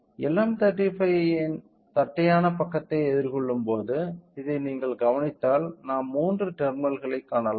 நாம் LM35 இன் தட்டையான பக்கத்தை எதிர்கொள்ளும் போது இதை நீங்கள் கவனித்தால் நாம் மூன்று டெர்மினல்களைக் காணலாம்